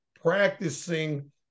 practicing